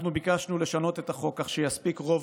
אנחנו ביקשנו לשנות את החוק כך שיספיק רוב